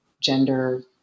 gender